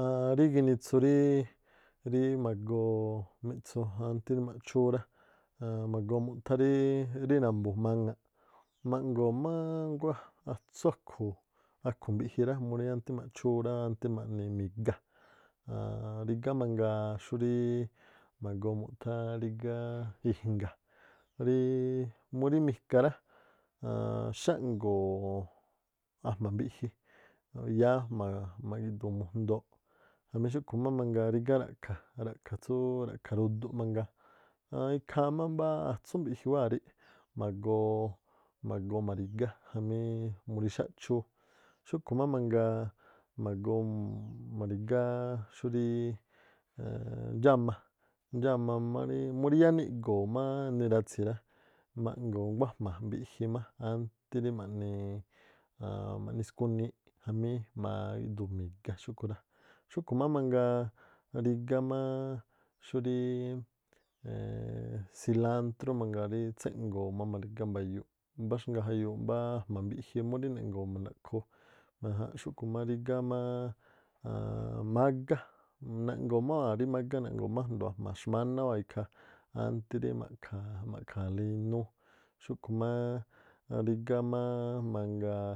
Aan rí ginitsu rí ma̱goo mi̱ꞌtsu ántí rí ma̱ꞌchúú rá, aan ma̱goo mu̱thá rí ra̱mbu̱ maŋa̱ꞌ, ma̱ꞌngo̱o̱ máá nguá atsú akhu̱ mbiꞌji rá murí ántí ma̱ꞌdxúú rá, ánti rí ma̱ꞌni miga. Aaan rigá mangaa xuríí ma̱goo mu̱thá rígá ijnga̱, ríí murí mika rá xáꞌngo̱o̱ ajma̱ mbiꞌji yáá ajma̱a̱ magi̱ꞌdu̱u̱ mujndooꞌ. Jamí xúꞌkhu̱ má mangaa rígá ra̱ꞌkha̱ tsúú́ ra̱ꞌkha̱ ruduꞌ mangaa aan ikhaa má atsú mbiꞌji magoo ma̱ri̱gá jamí murí xáꞌchúú. Xúꞌkhu̱ má mangaa ma̱go̱o̱ ma̱ri̱gá xúríí ndxámá, ndxámá má rí, múrí yáá niꞌgo̱o̱ múrí yáá niꞌgo̱o̱ má niratsi̱ rá, ma̱ꞌngo̱o̱ nguájma mbiꞌji má ántí rí ma̱ꞌni skuniꞌ jamí ma̱gi̱ꞌdu̱u̱ mi̱ga xúꞌkhu̱ rá. Xúꞌkhu̱ má mangaa rígá xúríí silántrú mangaa rí tséngo̱o̱ má ma̱ri̱gá mba̱yu̱u̱ꞌ mbáxgaa jayuuꞌ mbáá ajma̱ mbiꞌji murí neꞌngo̱o̱ ma̱ndaꞌkhoo, ajanꞌ. Xúꞌkhu̱ má rígá máá mágá, naꞌngo̱o̱ máwáa̱ rí mágá, naꞌngo̱o̱ má a̱jndo̱o ajma̱ xmáná máwáa̱ ikhaa, ańtí rí ma̱kha̱a̱- ma̱ꞌkha̱a̱la- inúú. Xúꞌkhu̱ má rígá máá mangaa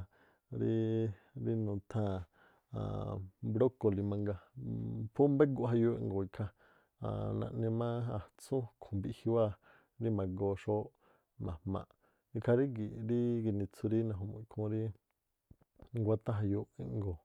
rí nutháa̱n bróko̱li̱ mangaa phú mbéguꞌ jayuuꞌ eꞌngo̱o̱ ikhaa aan naꞌni má atsú akhu̱ mbiꞌji wáa̱ rí ma̱go̱o̱ xóóꞌ ma̱jmaaꞌ. Ikhaa rígi̱ꞌ rí ginitsu rí naju̱mu̱ꞌ ikhúún ríí nguáthá jayuuꞌ ú eꞌngo̱o̱.